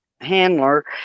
handler